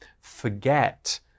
forget